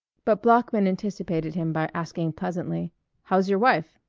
but bloeckman anticipated him by asking pleasantly how's your wife.